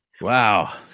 Wow